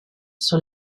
sur